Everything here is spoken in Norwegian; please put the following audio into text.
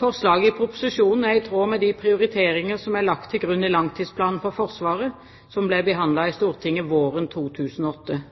Forslaget i proposisjonen er i tråd med de prioriteringer som er lagt til grunn i langtidsplanen for Forsvaret, som ble behandlet i Stortinget våren 2008.